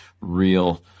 real